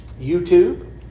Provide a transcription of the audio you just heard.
YouTube